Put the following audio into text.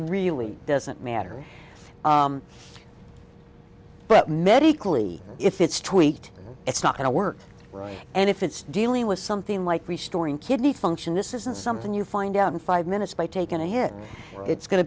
really doesn't matter but met equally if it's tweaked it's not going to work right and if it's dealing with something like restoring kidney function this isn't something you find out in five minutes by taken a hit it's go